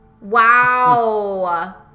Wow